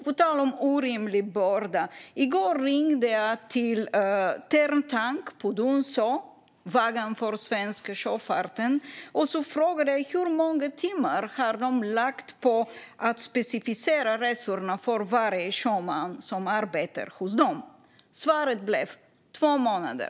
På tal om orimlig börda ringde jag i går till Terntank på Donsö, som är vaggan för den svenska sjöfarten, och frågade hur många timmar de har lagt på att specificera resorna för varje sjöman som arbetar för dem. Svaret blev två månader.